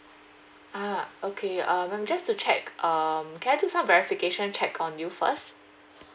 ah okay uh I'm just to check um can I just have a verification check on you first